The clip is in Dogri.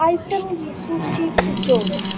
आइटम गी सूची च जोड़ो